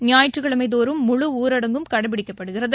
ஞாயிற்றுக்கிழமைதோறும் முழு ஊரடங்கும் கடைப்பிடிக்கப்படுகிறது